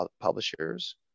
publishers